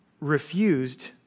refused